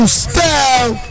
style